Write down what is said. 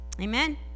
Amen